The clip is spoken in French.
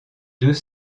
deux